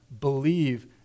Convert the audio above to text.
Believe